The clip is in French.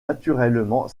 naturellement